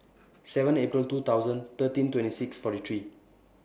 seven April two thousand thirteen twenty six forty three